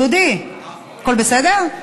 דודי, הכול בסדר?